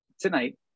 tonight